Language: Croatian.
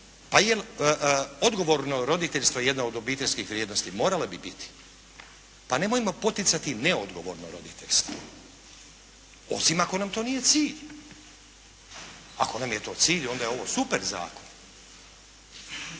Pa jel odgovorno roditeljstvo jedne od obiteljskih vrijednosti? Moralo bi biti. Pa nemojmo poticati neodgovorno roditeljstvo, osim ako nam to nije cilj. Ako nam je to cilj onda je ovo super zakon!